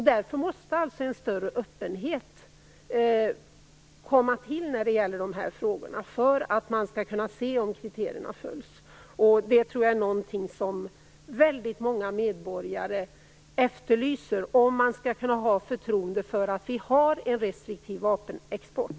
Därför måste alltså en större öppenhet komma till när det gäller de här frågorna för att man skall kunna se om kriterierna följs. Det tror jag är någonting som väldigt många medborgare efterlyser om man skall kunna ha förtroende för att vi har en restriktiv vapenexport.